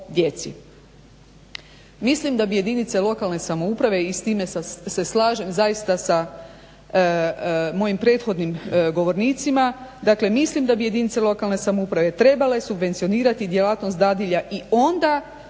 Mislim da bi jedinice lokalne samouprave i s time se slažem zaista sa mojim prethodnim govornicima, dakle mislim da bi jedinice lokalne samouprave trebale subvencionirati djelatnost dadilja i onda